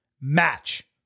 match